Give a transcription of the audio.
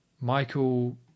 Michael